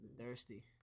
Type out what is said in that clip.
thirsty